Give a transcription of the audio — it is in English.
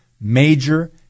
major